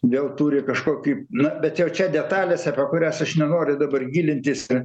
vėl turi kažkokį na bet jau čia detalės apie kurias aš nenoriu dabar gilintis ir